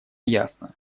ясно